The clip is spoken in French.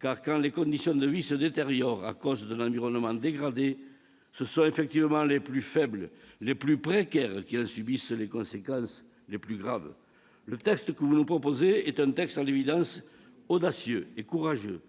car, ne l'oublions pas, quand les conditions de vie se détériorent à cause d'un environnement dégradé, ce sont les plus faibles, les plus précaires qui en subissent les conséquences les plus graves. Le texte que vous nous proposez est à la fois audacieux et courageux.